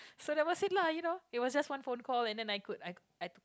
so that was it lah you know it was just one phone call and then I could I I